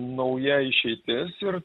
nauja išeitis ir